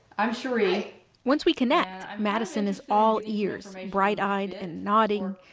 i'm sheree once we connect, madison is all ears, bright-eyed and nodding.